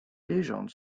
légende